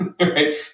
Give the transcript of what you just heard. Right